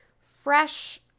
fresh